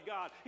God